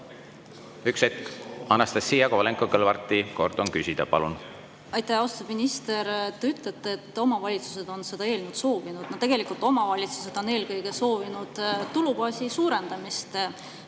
Üks hetk! Anastassia Kovalenko-Kõlvarti kord on küsida. Palun! Aitäh! Austatud minister! Te ütlete, et omavalitsused on seda eelnõu soovinud. No tegelikult omavalitsused on eelkõige soovinud tulubaasi suurendamist.